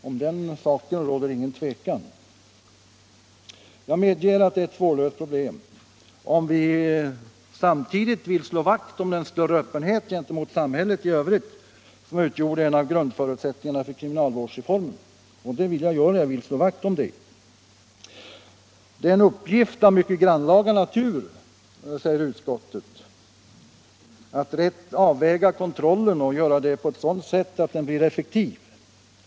Om den saken råder inget tvivel. Jag medger att detta är ett svårlöst problem, om vi samtidigt vill slå vakt kring den större öppenhet gentemot samhället i övrigt som utgjorde en av grundförutsättningarna för kriminalvårdsreformen. Och den öppenheten vill jag slå vakt om. Det är en uppgift av mycket grannlaga natur, säger utskottet, att rätt avväga kontrollen och göra det på ett sådant sätt att den blir effektiv.